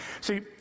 See